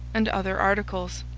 and other articles.